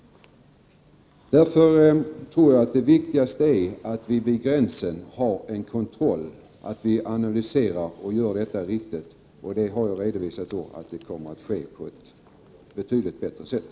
Därför tror jag att det viktigaste är att vi har en kontroll vid gränsen, att vi gör riktiga analyser. Och jag har redovisat att det kommer att ske på ett betydligt bättre sätt.